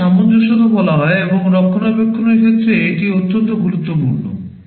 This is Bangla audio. এটিকে সামঞ্জস্যতা বলা হয় এবং রক্ষণাবেক্ষণের ক্ষেত্রে এটি অত্যন্ত গুরুত্বপূর্ণ